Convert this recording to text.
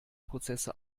prozesse